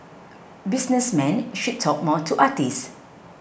businessmen should talk more to artists